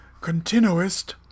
continuist